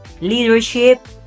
leadership